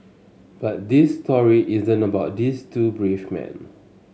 but this story isn't about these two brave men